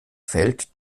fällt